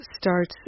starts